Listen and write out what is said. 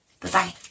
Bye-bye